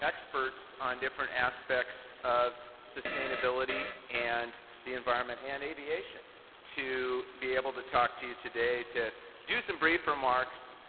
experts on different aspects of sustainability and the environment and aviation to be able to talk to you today, to do some brief remarks,